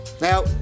Now